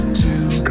two